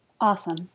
Awesome